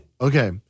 Okay